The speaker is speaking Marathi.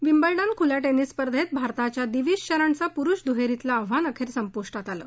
विम्बल्डन खुल्या टेनिस स्पर्धेत भारताच्या दिवीज शरणचं पुरुष दुहेरीतलं आव्हान अखेर संपुष्टात आलं